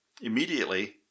immediately